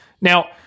Now